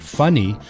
funny